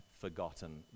forgotten